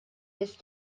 nies